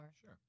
Sure